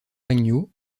agneau